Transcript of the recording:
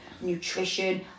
nutrition